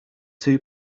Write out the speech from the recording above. two